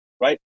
right